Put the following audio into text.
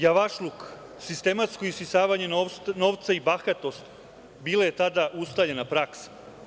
Javašluk, sistematsko isisavanje novca i bahatost, bila je tada ustaljena praksa.